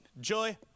joy